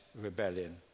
rebellion